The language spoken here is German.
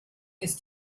ist